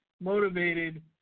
motivated